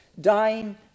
dying